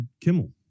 Kimmel